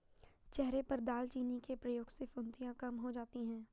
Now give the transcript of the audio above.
चेहरे पर दालचीनी के प्रयोग से फुंसियाँ कम हो जाती हैं